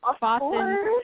Boston